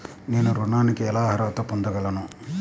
నేను ఋణానికి ఎలా అర్హత పొందగలను?